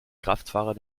kraftfahrer